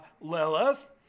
Lilith